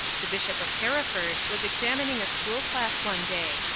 the bishop of hereford was examining a school-class one day,